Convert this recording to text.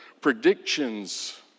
predictions